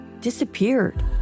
disappeared